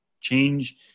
change